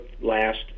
last